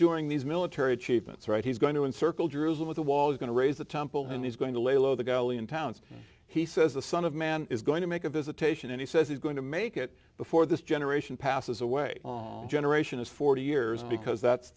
doing these military achievements right he's going to encircle jerusalem with a wall is going to raise the temple and he's going to lay low the galilean towns he says the son of man is going to make a visitation and he says he's going to make it before this generation passes away generation is forty years because that's